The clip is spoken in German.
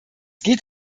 geht